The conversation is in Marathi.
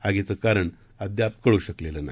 आगीचं कारण अद्याप कळू शकलेलं नाही